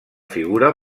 figura